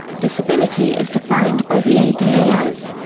disability is defined by the ada as.